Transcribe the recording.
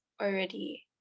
already